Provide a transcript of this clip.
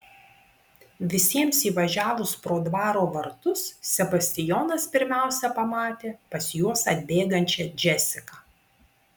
visiems įvažiavus pro dvaro vartus sebastijonas pirmiausia pamatė pas juos atbėgančią džesiką